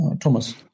thomas